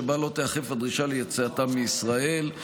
שבה לא תיאכף הדרישה ליציאתם מישראל.